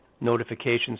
notifications